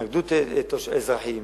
התנגדות אזרחים